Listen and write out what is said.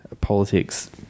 politics